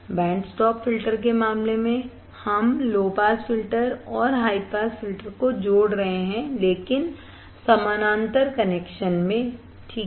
band stop filter के मामले में हम लो पास फिल्टर और हाई पास फिल्टर को जोड़ रहे हैं लेकिन समानांतर कनेक्शन में ठीक है